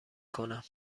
کنم